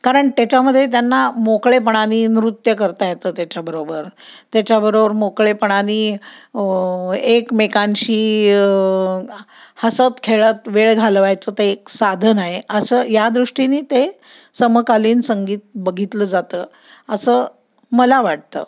कारण त्याच्यामध्ये त्यांना मोकळेपणाने नृत्य करता येतं त्याच्याबरोबर त्याच्याबरोबर मोकळेपणाने एकमेकांशी हसत खेळत वेळ घालवायचं ते एक साधन आहे असं यादृष्टीने ते समकालीन संगीत बघितलं जातं असं मला वाटतं